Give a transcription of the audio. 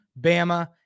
Bama